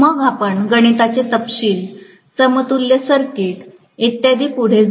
मग आपण गणिताचे तपशील समतुल्य सर्किट इत्यादी पुढे जाऊ